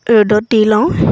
ৰ'দত দি লওঁ